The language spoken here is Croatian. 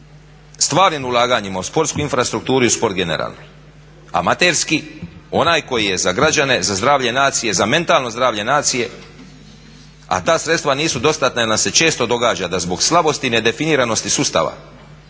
stvarnim ulaganjem u sportsku infrastrukturu i u sport generalni, amaterski onaj koji je za građane za zdravlje nacije za mentalno zdravlje nacije, a ta sredstva nisu dostatna jel nam se često događa da zbog slabosti i nedefiniranosti sustava